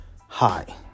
Hi